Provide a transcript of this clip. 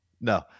No